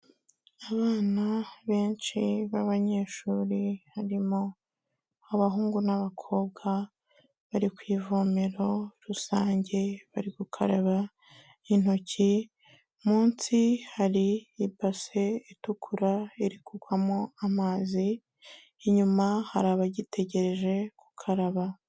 Abana benshi b'abanyeshuri harimo abahungu n'abakobwa bari ku ivomero rusange, bari gukaraba intoki, munsi hari ibase itukura iri kugwamo amazi, inyuma hari abagitegereje gukaraba.